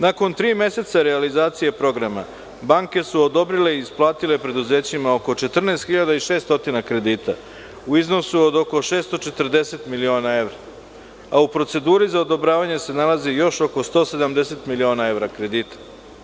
Nakon tri meseca realizacije programa banke su odobrile i isplatile preduzećima oko 14.600kredita u iznosu od oko 640 miliona evra, a u proceduri za odobravanje se nalazi još oko 170 miliona evra kredita.